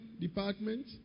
department